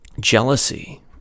jealousy